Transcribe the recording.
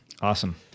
Awesome